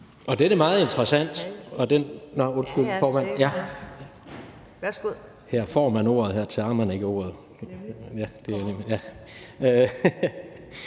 Og den er meget interessant